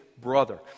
brother